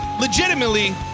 legitimately